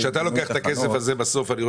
כשאתה לוקח את הכסף הזה לגמלאות,